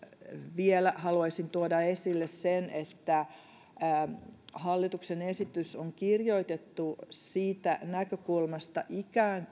vielä haluaisin tuoda esille sen että hallituksen esitys on kirjoitettu siitä näkökulmasta että ikään